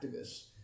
activists